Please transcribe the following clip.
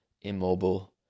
immobile